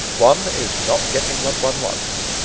one is not getting what one wants,